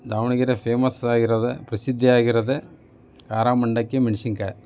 ದಾವಣಗೆರೆ ಫೇಮಸ್ಸಾಗಿರೋದೇ ಪ್ರಸಿದ್ಧಿಯಾಗಿರೋದೇ ಖಾರ ಮಂಡಕ್ಕಿ ಮೆಣಸಿನ್ಕಾಯಿ